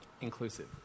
inclusive